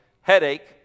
headache